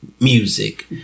music